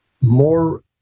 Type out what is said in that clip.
more